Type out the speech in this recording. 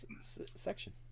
section